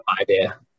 Idea